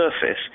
surface